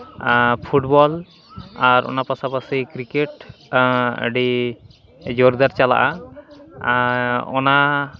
football ᱟᱨ ᱚᱱᱟ ᱯᱟᱥᱟᱯᱟᱥᱤ ᱠᱨᱤᱠᱮᱴ ᱟᱹᱰᱤ ᱡᱳᱨᱫᱟᱨ ᱪᱟᱞᱟᱜᱼᱟ ᱚᱱᱟ